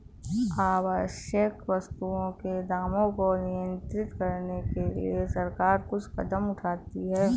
आवश्यक वस्तुओं के दामों को नियंत्रित रखने के लिए सरकार कुछ कदम उठाती है